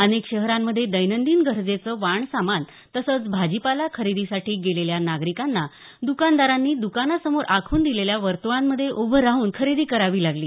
अनेक शहरांमध्ये दैनंदिन गरजेचं वाणसामान तसंच भाजीपाला खरेदीसाठी गेलेल्या नागरिकांना दुकानदारांनी दुकानासमोर आखून दिलेल्या वर्तुळांमध्ये उभं राहून खरेदी करावी लागली